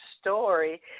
story